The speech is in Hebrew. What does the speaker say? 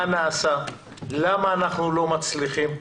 מה נעשה, למה אנחנו לא מצליחים.